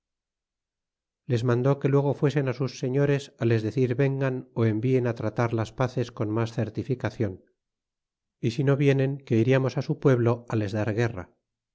les mandó que luego fuesen a sus señores les decir vengan ó envien tratar las pazes con mas certificacion y si no vienen que iriamos su pueblo les dar guerra